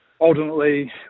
ultimately